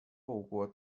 透过